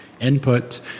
input